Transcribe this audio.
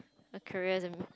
a career as a